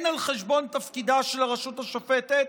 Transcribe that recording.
הן על חשבון תפקידה של הרשות השופטת,